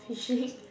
fishing